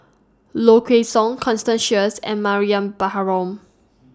Low Kway Song Constance Sheares and Mariam Baharom